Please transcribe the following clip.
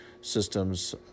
systems